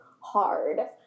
hard